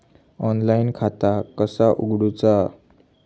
Online खाता कसा उगडूचा?